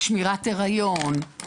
שמירת הריון,